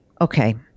Okay